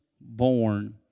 born